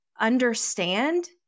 understand